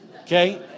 Okay